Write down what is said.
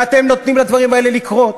ואתם נותנים לדברים האלה לקרות,